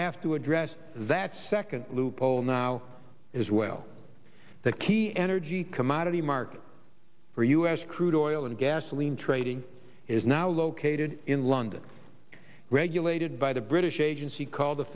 have to address that second loophole now as well the key energy commodity market for u s crude oil and gasoline trading is now located in london regulated by the british agency called the